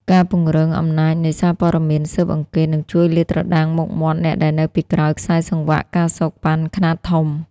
ការពង្រឹង "អំណាចនៃសារព័ត៌មានស៊ើបអង្កេត" នឹងជួយលាតត្រដាងមុខមាត់អ្នកដែលនៅពីក្រោយខ្សែសង្វាក់ ការសូកប៉ាន់ ខ្នាតធំ។